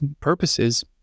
purposes